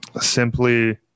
simply